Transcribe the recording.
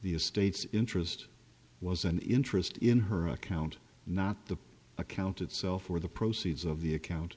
the estates interest was an interest in her account not the account itself or the proceeds of the account